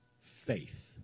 faith